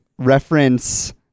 Reference